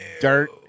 dirt